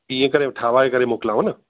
इहे करे ठहाए करे मोकिलयाव न